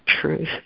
truth